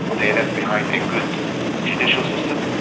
they left behind a good judicial system,